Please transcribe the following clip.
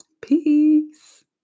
peace